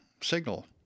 signal